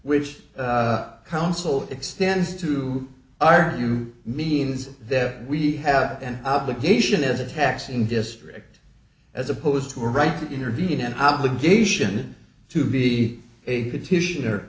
which counsel extends to our means that we have an obligation as a tax in district as opposed to a right to intervene in an obligation to be a petition or